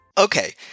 Okay